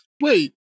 Wait